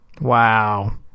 wow